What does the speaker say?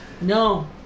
No